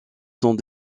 sont